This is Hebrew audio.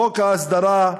חוק ההסדרה,